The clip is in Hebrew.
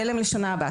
יהיה להם לשנה הבאה.